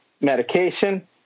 medication